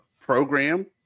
program